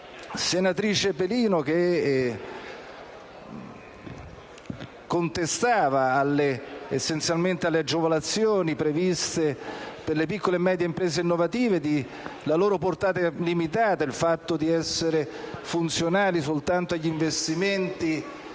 senatrice Pelino, che ha contestato essenzialmente alle agevolazioni previste per le piccole e medie imprese innovative la loro portata limitata ed il fatto di essere funzionali soltanto agli investimenti